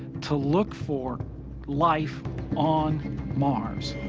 to look for life on mars.